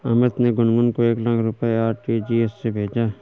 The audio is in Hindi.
अमित ने गुनगुन को एक लाख रुपए आर.टी.जी.एस से भेजा